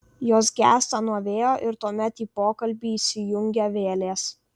jos gęsta nuo vėjo ir tuomet į pokalbį įsijungia vėlės